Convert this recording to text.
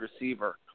receiver